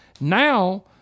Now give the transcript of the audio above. now